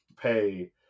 pay